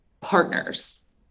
partners